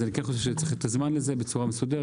אני כן חושב שצריך לתת לזה זמן ולעשות זאת בצורה מסודרת.